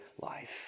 life